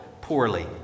poorly